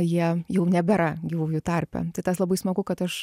jie jau nebėra gyvųjų tarpe tai tas labai smagu kad aš